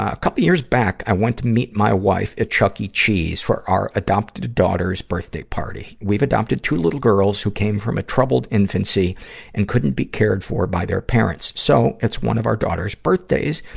ah couple years back, i went to meet my wife at chuckie cheese for our adopted daughter's birthday party. we've adopted two little girls who came from a troubled infancy and couldn't be cared for by their parents. so, it's one of our daughters' birthdays,